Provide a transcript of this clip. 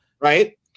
Right